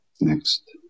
Next